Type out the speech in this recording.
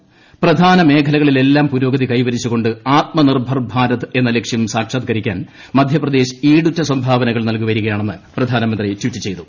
പ്രധാന മേഖലകളിലെല്ല്കാം പുരോഗതി കൈവരിച്ചു കൊണ്ട് ആത്മ നിർഭർ ഭാരത് എന്ന ലക്ഷ്യം സാക്ഷാത്ക്കരിക്കാൻ മധ്യപ്രദേശ് ഈടുറ്റ സംഭാവനകൾ നൽകി വരികയാണെന്ന് പ്രധാനമന്ത്രി ട്വീറ്റ് ചെയ്തു